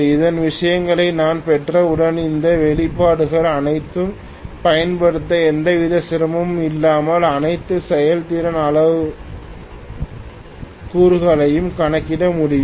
இந்த விஷயங்களை நான் பெற்றவுடன் இந்த வெளிப்பாடுகள் அனைத்தையும் பயன்படுத்தி எந்தவித சிரமமும் இல்லாமல் அனைத்து செயல்திறன் அளவுருக்களையும் கணக்கிட முடியும்